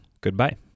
Goodbye